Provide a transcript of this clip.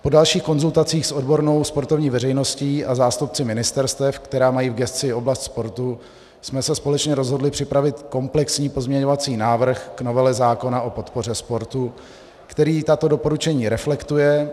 Po dalších konzultacích s odbornou sportovní veřejností a zástupci ministerstev, která mají v gesci oblast sportu, jsme se společně rozhodli připravit komplexní pozměňovací návrh k novele zákona o podpoře sportu, který tato doporučení reflektuje.